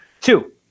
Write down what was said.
Two